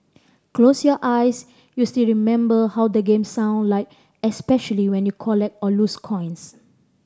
close your eyes you'll still remember how the game sound like especially when you collect or lose coins